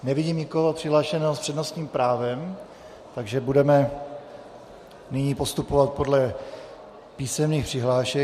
Nevidím nikoho přihlášeného s přednostním právem, takže budeme nyní postupovat podle písemných přihlášek.